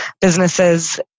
businesses